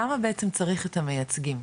למה בעצם צריך את המייצגים?